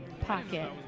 pocket